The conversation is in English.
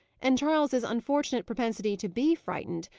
and charles's unfortunate propensity to be frightened,